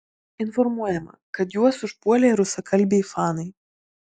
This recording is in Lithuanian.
informuojama kad juos užpuolė rusakalbiai fanai